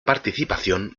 participación